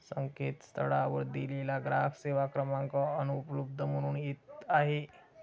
संकेतस्थळावर दिलेला ग्राहक सेवा क्रमांक अनुपलब्ध म्हणून येत आहे